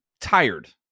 tired